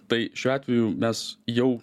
tai šiuo atveju mes jau